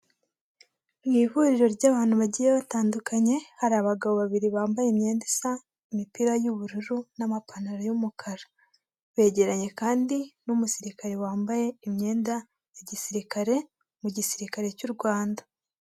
Mu ihuriro ry'abantu bagiye batandukanye, hari abagabo babiri bambaye imyenda isa, imipira y'ubururu n'amapantaro y'umukara, begeranye kandi n'umusirikare wambaye imyenda ya gisirikare mu gisirikare cy'u Rwanda.